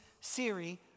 Siri